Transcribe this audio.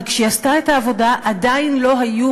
אבל כשהיא עשתה את העבודה עדיין לא היו